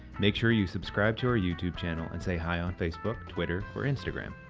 make sure you subscribe to our youtube channel and say hi on facebook, twitter or instagram.